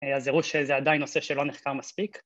‫אז הראו שזה עדיין נושא ‫שלא נחקר מספיק.